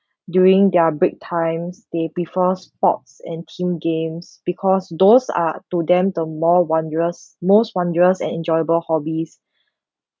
during their break times they prefer sports and team games because those are to them to more wondrous most wondrous and enjoyable hobbies